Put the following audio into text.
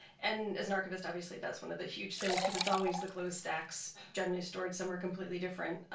and as an archivist, obviously that's one of the huge things cause it's always the closed stacks, generally stored somewhere completely different.